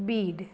Beed